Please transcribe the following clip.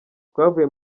twavuye